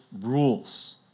rules